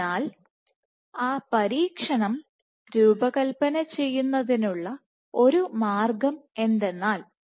അതിനാൽ ആ പരീക്ഷണം രൂപകൽപ്പന ചെയ്യുന്നതിനുള്ള ഒരു മാർഗ്ഗം എന്തെന്നാൽ